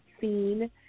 seen